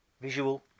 visual